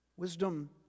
Wisdom